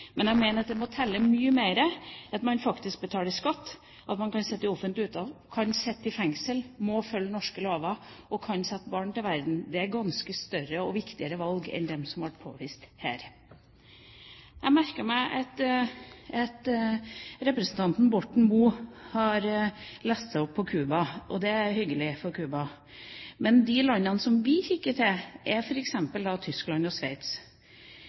men jeg mener det må telle mye mer at man faktisk betaler skatt, at man kan sitte i offentlige utvalg, at man kan sitte i fengsel, at man må følge norske lover, og at man kan sette barn til verden. Det er ganske mye større og viktigere valg enn de som ble påvist her. Jeg merket meg at representanten Borten Moe har lest seg opp på Cuba, og det er hyggelig for Cuba. Men de landene som vi kikker til, er f.eks. Tyskland og Sveits,